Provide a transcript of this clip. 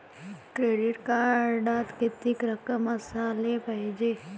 Credit कार्डात कितीक रक्कम असाले पायजे?